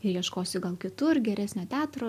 ir ieškosiu gal kitur geresnio teatro